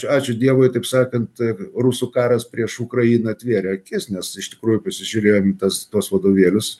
ačiū dievui taip sakant rusų karas prieš ukrainą atvėrė akis nes iš tikrųjų pasižiūrėjom tas tuos vadovėlius